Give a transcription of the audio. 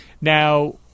Now